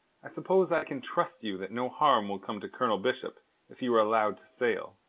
i suppose i can trust you that no harm will come to colonel bishop if you are allowed to sail?